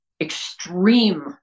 extreme